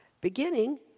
beginning